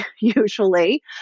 usually